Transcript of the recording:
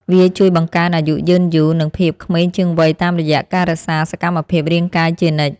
វាជួយបង្កើនអាយុយឺនយូរ និងភាពក្មេងជាងវ័យតាមរយៈការរក្សាសកម្មភាពរាងកាយជានិច្ច។